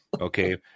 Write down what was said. Okay